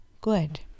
good